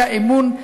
היה אמון,